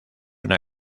una